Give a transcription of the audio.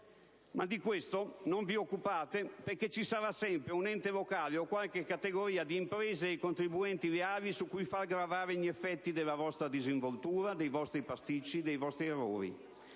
Ma di questo non vi occupate, perché ci sarà sempre un ente locale o qualche categoria di imprese e contribuenti reali su cui far gravare gli effetti della vostra disinvoltura, dei vostri pasticci, dei vostri errori.